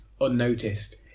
unnoticed